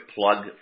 plug